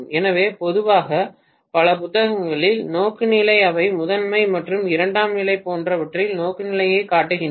எனவே பொதுவாக பல புத்தகங்களில் நோக்குநிலை அவை முதன்மை மற்றும் இரண்டாம் நிலை போன்றவற்றில் நோக்குநிலையைக் காட்டுகின்றன